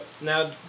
now